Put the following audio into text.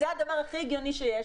זה הדבר הכי הגיוני שיש.